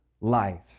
life